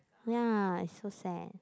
ya it's so sad